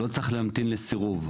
לא צריך להמתין לסירוב.